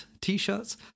t-shirts